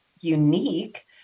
unique